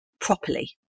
properly